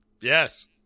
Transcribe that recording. Yes